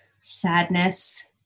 sadness